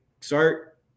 start